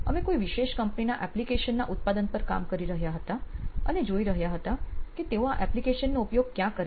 અમે કોઈ વિશેષ કંપની ના એપ્લીકશન ના ઉત્પાદન પર કામ કરી રહ્યા હતા અને જોઈ રહ્યા હતા કે તેઓ આ એપ્લિકેશન નો ઉપયોગ ક્યાં કરે છે